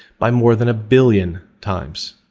by more than a billion times.